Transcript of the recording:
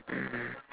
mm